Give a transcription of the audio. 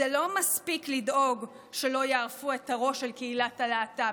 זה לא מספיק לדאוג שלא יערפו את הראש של קהילת הלהט"ב,